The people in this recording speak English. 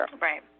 Right